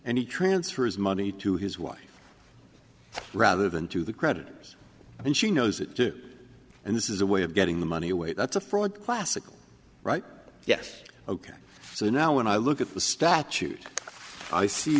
e transfer his money to his wife rather than to the creditors and she knows it too and this is a way of getting the money away that's a fraud classical right yes ok so now when i look at the statute i see